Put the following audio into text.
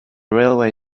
railway